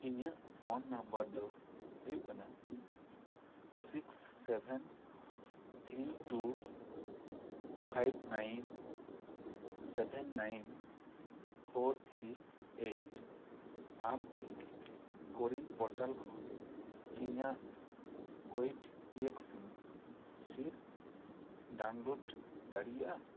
ᱤᱧᱟᱹᱜ ᱫᱚ ᱦᱩᱭᱩᱜ ᱠᱟᱱᱟ six seven three two five nine seven nine four three eight ᱟᱢ ᱠᱤ ᱠᱚᱨᱤᱱ ᱯᱨᱚᱴᱟᱞ ᱠᱷᱚᱱ ᱤᱧᱟᱹᱜ ᱠᱳᱵᱷᱤᱴ ᱤᱭᱮᱠᱥᱤᱱ ᱥᱤᱫᱽ ᱫᱟᱲᱮᱭᱟᱜᱼᱟ